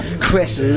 Chris